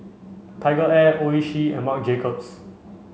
TigerAir Oishi and Marc Jacobs